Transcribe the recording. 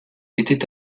était